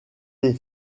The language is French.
les